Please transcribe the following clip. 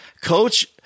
Coach